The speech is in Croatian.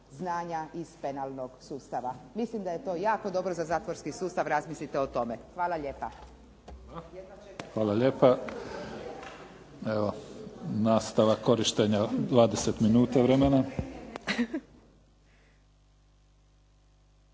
ne razumije se./… sustava. Mislim da je to jako dobro za zatvorski sustav. Razmislite o tome. Hvala lijepa. **Mimica, Neven (SDP)** Hvala lijepa. Evo nastavak korištenja 20 minuta vremena.